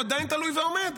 הוא עדיין תלוי ועומד.